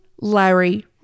Larry